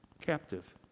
captive